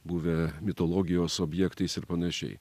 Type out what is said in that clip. buvę mitologijos objektais ir panašiai